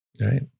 right